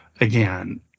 again